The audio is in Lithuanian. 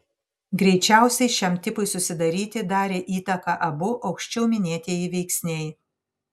greičiausiai šiam tipui susidaryti darė įtaką abu aukščiau minėtieji veiksniai